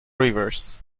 rivers